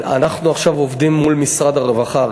אנחנו עכשיו עובדים מול משרד הרווחה.